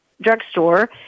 drugstore